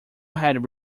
had